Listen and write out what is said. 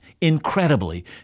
incredibly